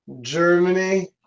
Germany